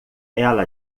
ela